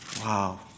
Wow